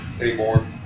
anymore